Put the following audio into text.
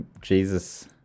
Jesus